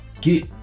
get